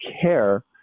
care